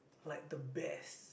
like the best